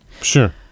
sure